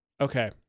okay